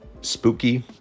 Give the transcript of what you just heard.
spooky